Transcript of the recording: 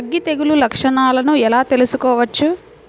అగ్గి తెగులు లక్షణాలను ఎలా తెలుసుకోవచ్చు?